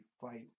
fight